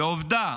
עובדה,